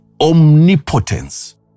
omnipotence